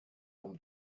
from